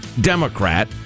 Democrat